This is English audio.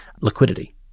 Liquidity